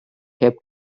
heb